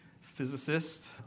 physicist